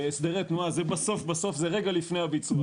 בהסדרי תנועה, בסוף בסוף זה רגע לפני הביצוע.